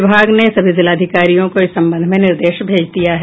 विभाग ने सभी जिलाधिकारियों को इस संबंध में निर्देश भेज दिया है